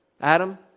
Adam